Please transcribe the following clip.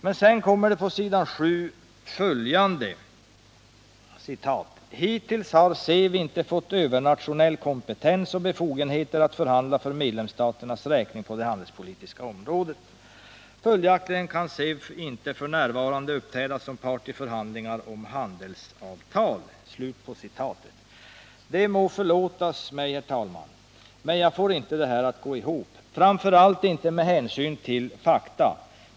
Men sedan kommer på s. 7 följande: ”Hittills har SEV inte fått övernationell kompetens och befogenheter att förhandla för medlemsstaternas räkning på det handelspolitiska området. Följaktligen kan SEV inte för närvarande uppträda som part i förhandlingar om ett handelsavtal.” Det må förlåtas mig, herr talman, men jag får inte det här att gå ihop, framför allt inte med hänsyn till fakta.